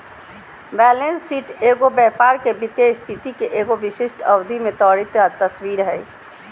balance sheet एगो व्यापार के वित्तीय स्थिति के एगो विशिष्ट अवधि में त्वरित तस्वीर हइ